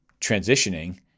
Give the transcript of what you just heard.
transitioning